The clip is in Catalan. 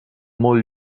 molt